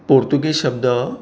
पोर्तूगीज शब्द